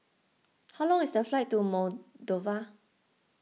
how long is the flight to Moldova